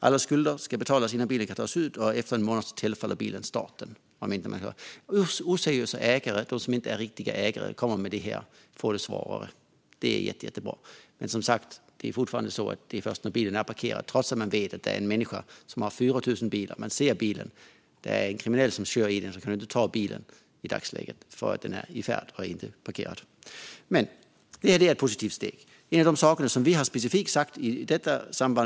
Alla skulder ska betalas innan bilen kan tas ut, och efter en månad tillfaller bilen staten. Oseriösa ägare, de som inte är riktiga ägare, kommer att få det svårare i och med det här. Det är jättebra. Men som sagt, det är fortfarande så att det är först när bilen är parkerad som det är möjligt att ta den, trots att man vet att den ägs av en människa som äger 4 000 bilar. Man ser bilen, man ser att det är en kriminell som kör - men i dagsläget kan du inte ta bilen eftersom den körs och inte står parkerad.